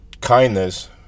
kindness